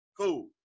Cool